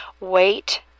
wait